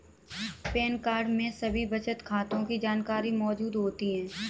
pan card में सभी बचत खातों की जानकारी मौजूद होती है